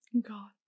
God